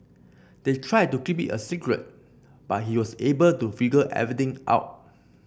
they tried to keep it a secret but he was able to figure everything out